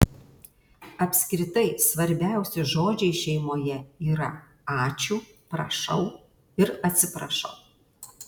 apskritai svarbiausi žodžiai šeimoje yra ačiū prašau ir atsiprašau